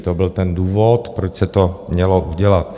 To byl ten důvod, proč se to mělo udělat.